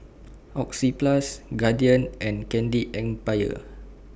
Oxyplus Guardian and Candy Empire